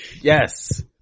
yes